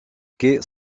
quais